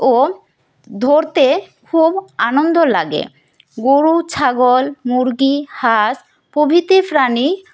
ও ধরতে খুব আনন্দ লাগে গরু ছাগল মুরগি হাঁস প্রভৃতি প্রাণী